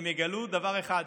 הם יגלו דבר אחד: